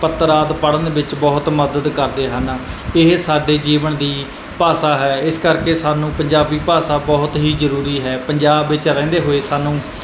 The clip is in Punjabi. ਪੱਤਰ ਆਦਿ ਪੜ੍ਹਨ ਵਿੱਚ ਬਹੁਤ ਮਦਦ ਕਰਦੇ ਹਨ ਇਹ ਸਾਡੇ ਜੀਵਨ ਦੀ ਭਾਸ਼ਾ ਹੈ ਇਸ ਕਰਕੇ ਸਾਨੂੰ ਪੰਜਾਬੀ ਭਾਸ਼ਾ ਬਹੁਤ ਹੀ ਜ਼ਰੂਰੀ ਹੈ ਪੰਜਾਬ ਵਿੱਚ ਰਹਿੰਦੇ ਹੋਏ ਸਾਨੂੰ